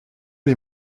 les